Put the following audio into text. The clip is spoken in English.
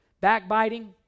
backbiting